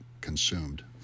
consumed